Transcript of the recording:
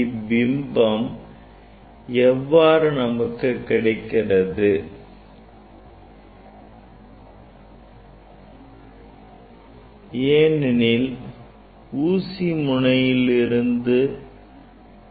இப் பிம்பம் எவ்வாறு நமக்கு கிடைக்கிறது எனில் ஊசியின் முனையில் இருந்து